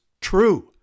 true